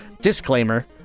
Disclaimer